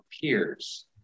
peers